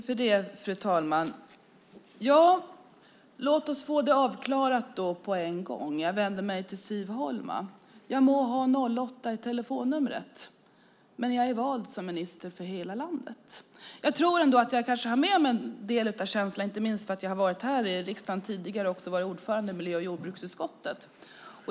Fru talman! Låt oss få det avklarat på en gång, och jag vänder mig till Siv Holma: Jag må ha 08 i telefonnumret, men jag är vald som minister för hela landet. Jag tror ändå att jag har med mig en del av känslan, inte minst för att jag har suttit i riksdagen tidigare och också varit ordförande i miljö och jordbruksutskottet.